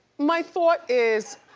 my thought is,